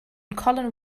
colin